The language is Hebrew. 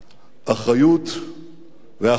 אחריות ואחדות.